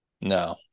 no